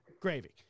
gravy